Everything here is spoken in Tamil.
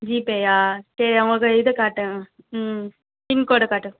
ஜிபேயா சரி அவங்களுக்கு இது காட்டுங்க ம் பின்கோடை காட்டுங்க